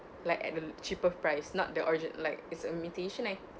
like at a cheaper price not the origina~ like it's a imitation like